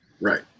Right